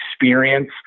experience